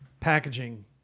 Packaging